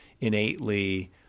innately